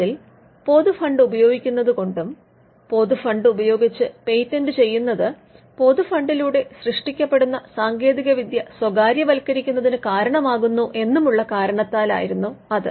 അതിൽ പൊതുഫണ്ട് ഉപയോഗിക്കുന്നതുകൊണ്ടും പൊതുഫണ്ട് ഉപയോഗിച്ച് പേറ്റന്റ് ചെയ്യുന്നത് പൊതുഫണ്ടിലൂടെ സൃഷ്ടിക്കപ്പെടുന്ന സാങ്കേതിക വിദ്യ സ്വകാര്യവത്കരിക്കുന്നതിനു കാരണമാകുന്നു എന്നുമുള്ള കാരണത്താലായിരുന്നു അത്